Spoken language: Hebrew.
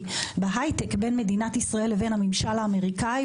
בהייטק בין מדינת ישראל לבין הממשל האמריקאי,